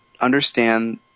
understand